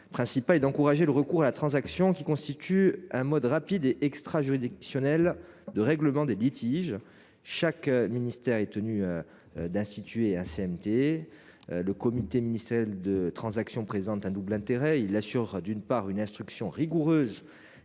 principal est d’encourager le recours à la transaction, qui constitue un mode rapide et extrajuridictionnel de règlement des litiges. Chaque ministère est tenu d’instituer un CMT. Le comité ministériel de transaction présente un double intérêt. D’une part, il assure une instruction rigoureuse